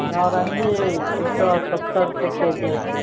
नारंगी दू सए सत्तरके के जी है